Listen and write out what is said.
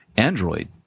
Android